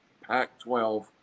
Pac-12